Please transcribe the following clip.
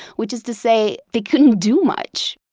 which is to say they couldn't do much.